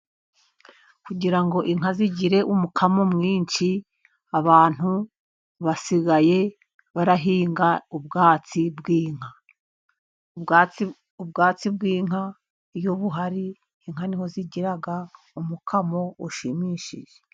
Kugira ngo inka zigire umukamo mwinshi abantu basigaye barahinga ubwatsi bw'inka. Ubwatsi bw'inka iyo buhari, inka ni ho zigira umukamo ushimishije.